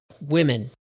women